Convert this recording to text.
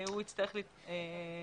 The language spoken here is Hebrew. הוא יצטרך להתחייב.